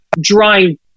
drawing